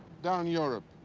down europe,